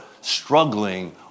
struggling